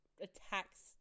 attacks